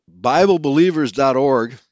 BibleBelievers.org